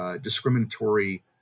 discriminatory